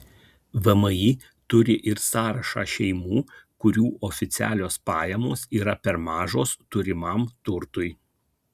vmi turi ir sąrašą šeimų kurių oficialios pajamos yra per mažos turimam turtui